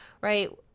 right